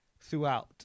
throughout